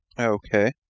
Okay